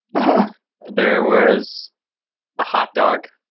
ah there was a hot dog